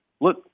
look